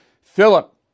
Philip